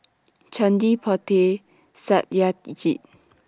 Chandi Potti and Satyajit